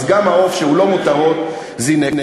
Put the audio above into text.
אז גם העוף שהוא לא מותרות זינק,